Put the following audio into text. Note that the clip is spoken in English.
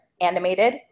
Animated